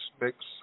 mix